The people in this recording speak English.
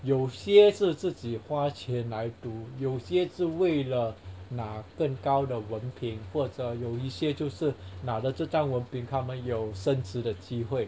有些是自己花钱来读有些是为了拿更高的文凭或者有一些就是拿了这张文凭他们有升职的机会